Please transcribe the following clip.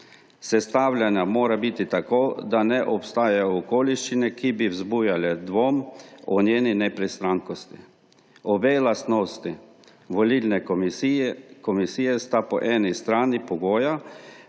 Sestavljena mora biti tako, da ne obstaja okoliščin, ki bi vzbujale dvom o njeni nepristranskosti. Obe lastnosti volilne komisije sta po eni strani pogoja,